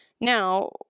Now